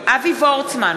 אבי וורצמן,